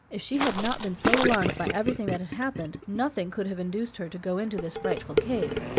if she had not been so alarmed by everything that had happened, nothing could have induced her to go into this frightful cave,